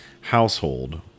household